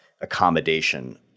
accommodation